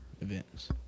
Events